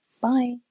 Bye